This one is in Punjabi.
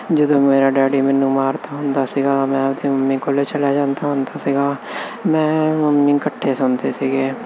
ਜਦੋਂ ਮੇਰਾ ਡੈਡੀ ਮੈਨੂੰ ਮਾਰ ਹੁੰਦਾ ਸੀਗਾ ਮੈਂ ਕੋਲੇ ਚਲਾ ਜਾਂਦਾ ਹੁੰਦਾ ਸੀਗਾ ਮੈਂ ਮਮੀ ਇਕੱਠੇ ਸੌਂਦੇ ਸੀਗੇ ਤੇ ਹੁਣ